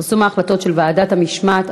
(פרסום ההחלטות של ועדת המשמעת),